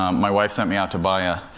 um my wife sent me out to buy a,